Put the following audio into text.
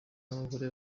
n’abagore